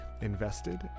invested